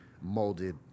molded